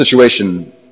situation